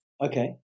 okay